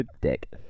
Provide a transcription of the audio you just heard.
Dick